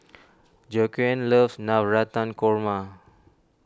Joaquin loves Navratan Korma